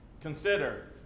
Consider